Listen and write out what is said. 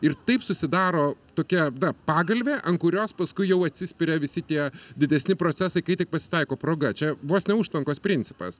ir taip susidaro tokia na pagalvė ant kurios paskui jau atsispiria visi tie didesni procesai kai tik pasitaiko proga čia vos ne užtvankos principas